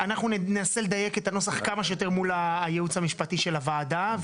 אנחנו ננסה לדייק את הנוסח כמה שיותר מול הייעוץ המשפטי של הוועדה.